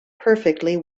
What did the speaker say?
perfectly